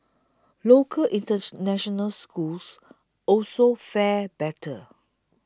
local in touch national schools also fared better